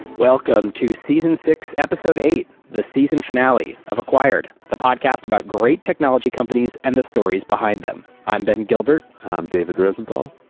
welcome to season six episode eight, the season finale of acquired. the podcast about great technology companies and the stories behind them. i'm ben gilbert. i'm david rosenthal.